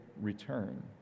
return